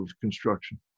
construction